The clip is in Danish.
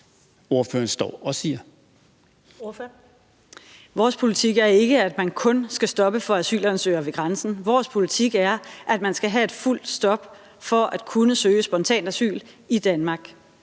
Pernille Vermund (NB): Vores politik er ikke, at man kun skal stoppe for asylansøgere ved grænsen. Vores politik er, at man skal have et fuldt stop for at kunne søge asyl spontant i Danmark.